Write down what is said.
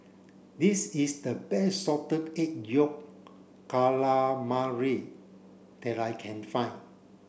this is the best salted egg yolk calamari that I can find